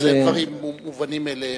אלה דברים מובנים מאליהם.